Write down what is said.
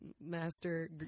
master